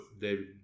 David